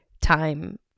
time